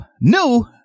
new